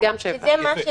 גן לאומי, כל המקומות האלה.